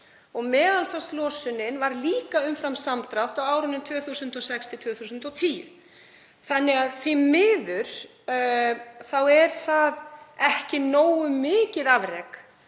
Og meðaltalslosunin var líka umfram samdrátt á árunum 2006–2010. Því miður er það ekki nógu mikið afrek